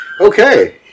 Okay